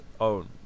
own